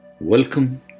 Welcome